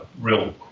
real